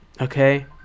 okay